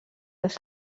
les